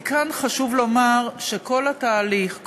כי כאן חשוב לומר שכל התהליך,